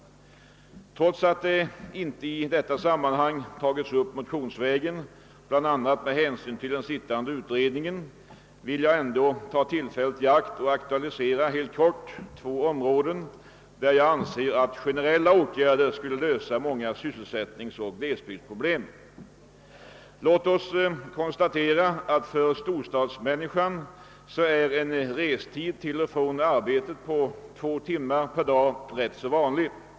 Trots att det inte i detta sammanhang tagits upp motionsvägen, bland annat med hänsyn till den sittande utredningen, vill jag ändå, herr talman, ta tillfället i akt och helt kortfattat aktualisera två områden, där jag anser att generella åtgärder skulle lösa många sysselsättningsoch glesbygdsproblem. Låt oss konstatera, att för storstadsmänniskan är en restid till och från arbetet på två timmar per dag rätt vanlig.